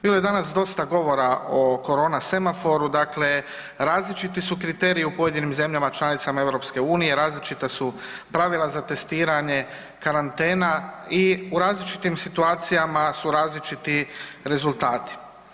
Bilo je danas dosta govora o korona semaforu, dakle, različiti su kriteriji u pojedinim zemljama članicama EU, različita su pravila za testiranje, karantena, i u različitim situacijama su različiti rezultati.